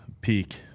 Peak